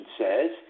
says